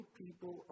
people